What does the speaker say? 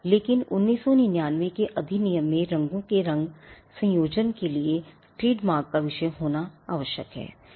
लेकिन 1999 के अधिनियम में रंगों के रंग संयोजन के लिए ट्रेडमार्क का विषय होना आवश्यक है